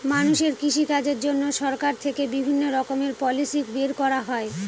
মানুষের কৃষিকাজের জন্য সরকার থেকে বিভিণ্ণ রকমের পলিসি বের করা হয়